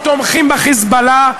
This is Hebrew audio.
או תומכים ב"חיזבאללה",